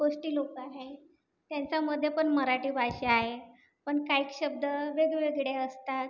कोष्टी लोक आहे त्यांचामध्ये पण मराठी भाषा आहे पण काईक शब्द वेगवेगळे असतात